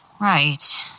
Right